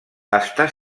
està